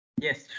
Yes